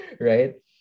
right